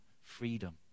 freedom